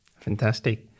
fantastic